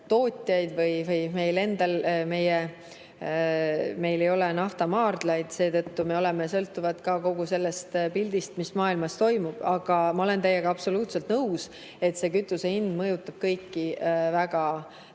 ole siin kütusetootjaid, meil ei ole naftamaardlaid, seetõttu me oleme sõltuvad kogu sellest pildist, mis maailmas toimub. Aga ma olen teiega absoluutselt nõus, et kütusehind mõjutab kõiki väga